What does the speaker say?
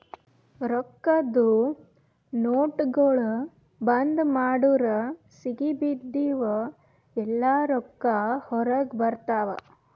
ರೊಕ್ಕಾದು ನೋಟ್ಗೊಳ್ ಬಂದ್ ಮಾಡುರ್ ಸಿಗಿಬಿದ್ದಿವ್ ಎಲ್ಲಾ ರೊಕ್ಕಾ ಹೊರಗ ಬರ್ತಾವ್